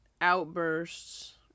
outbursts